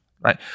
right